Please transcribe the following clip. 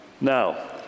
Now